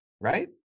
right